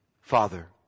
Father